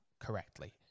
correctly